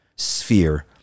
Sphere